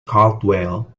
caldwell